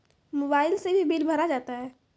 Mobile से भी bill भरा जाता हैं?